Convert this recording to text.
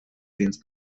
dins